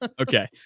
okay